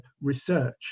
research